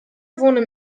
wohnen